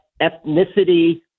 ethnicity